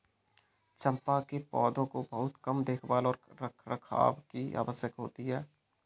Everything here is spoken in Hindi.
चम्पा के पौधों को बहुत कम देखभाल और रखरखाव की आवश्यकता होती है